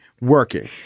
working